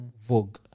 Vogue